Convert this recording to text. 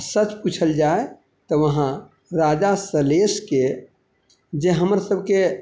सच पूछल जाइ तऽ वहाँ राजा सहलेशके जे हमर सबके